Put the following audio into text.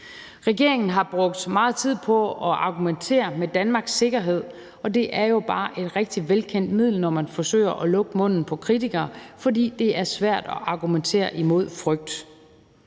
Regeringen har brugt meget tid på at argumentere med, at det handler om Danmarks sikkerhed, og det er jo bare et rigtig velkendt middel, når man forsøger at lukke munden på kritikere, fordi det er svært at argumentere imod frygt.